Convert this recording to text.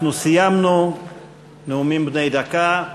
אנחנו סיימנו את הסעיף נאומים בני דקה.